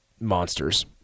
monsters